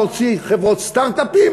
להוציא חברות סטרט-אפ,